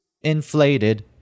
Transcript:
inflated